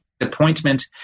appointment